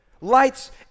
lights